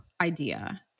idea